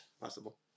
Possible